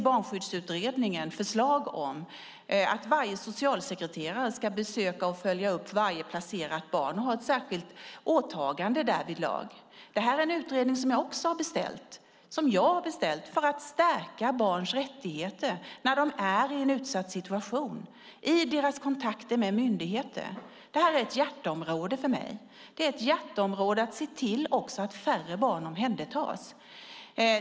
Barnskyddsutredningen har förslag om att varje socialsekreterare har ett särskilt åtagande att besöka och följa upp varje placerat barn. Detta är också en utredning som jag har beställt för att stärka barns rättigheter när de är i en utsatt situation i deras kontakter med myndigheter. Detta är ett hjärteområde för mig. Det är också ett hjärteområde att se till att färre barn omhändertas.